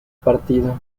partido